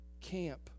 camp